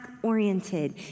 Oriented